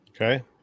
Okay